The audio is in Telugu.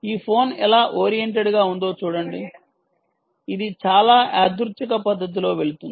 ఈ ఫోన్ ఎలా ఓరియెంటెడ్గా ఉందో చూడండి ఇది చాలా యాదృచ్ఛిక పద్ధతిలో వెళుతోంది